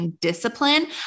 discipline